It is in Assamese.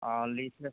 অঁ লিষ্ট